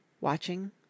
watching